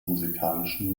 musikalischen